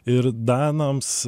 ir danams